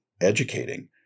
educating